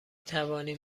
توانیم